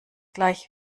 gleich